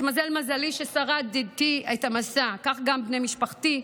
התמזל מזלי ששרדתי במסע, כך גם בני משפחתי,